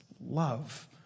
love